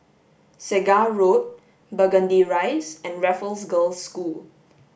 Segar Road Burgundy Rise and Raffles Girls' School